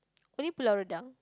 only Pulau Redang